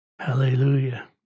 Hallelujah